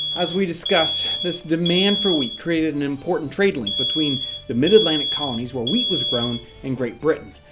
as we discussed, this demand for wheat created an important trade link between the mid-atlantic colonies where wheat was grown and great britain.